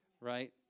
right